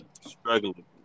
struggling